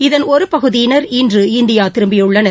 இதன் ஒரு பகுதியினர் இன்று இந்தியா திரும்பியுள்ளனர்